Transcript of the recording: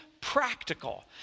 practical